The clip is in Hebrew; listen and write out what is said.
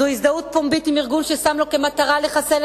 זו הזדהות פומבית עם ארגון ששם לו למטרה לחסל